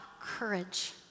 Courage